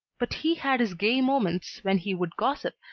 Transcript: but he had his gay moments when he would gossip,